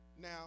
Now